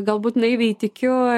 galbūt naiviai tikiu